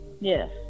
Yes